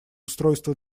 устройства